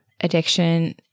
addiction